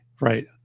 right